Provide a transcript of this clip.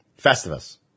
Festivus